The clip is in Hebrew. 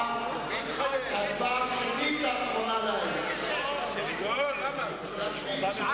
בבקשה לבצע את